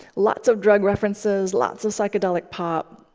lots of drug references, lots of psychedelic pop.